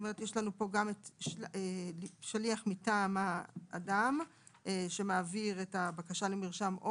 יש לנו פה גם שליח מטעם האדם שמעביר את הבקשה למרשם,